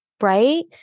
right